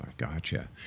Gotcha